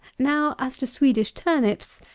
now, as to swedish turnips,